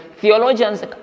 theologians